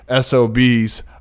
SOBs